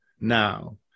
now